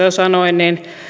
jo aikaisemmin sanoin